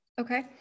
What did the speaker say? Okay